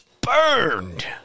burned